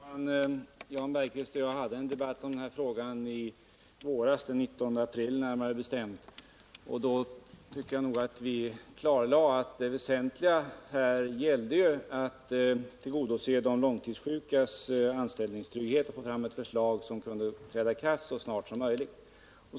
Fru talman! Jan Bergqvist och jag hade en debatt om denna fråga i våras, närmare bestämt den 19 april, och jag tyckte att vi då klarlade att det väsentliga är att tillgodose behovet av anställningstrygghet för de långtidssjuka och att få fram ett förslag som kan träda i kraft så snart som möjligt.